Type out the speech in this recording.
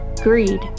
greed